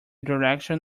direction